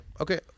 okay